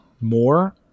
more